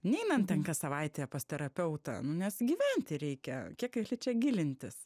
neinant ten kas savaitę pas terapeutą nu nes gyventi reikia kiek gali čia gilintis